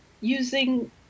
using